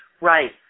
Right